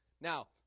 Now